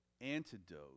antidote